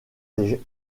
des